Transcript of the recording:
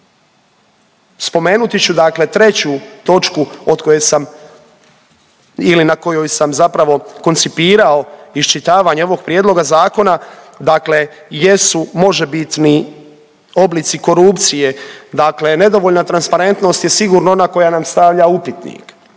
točku od koje sam ili na kojoj sam zapravo koncipirao iščitavanje ovog prijedloga zakona dakle jesu možebitni oblici korupcije. Dakle, nedovoljna transparentnost je sigurno ona koja nam stavlja upitnik.